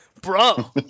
Bro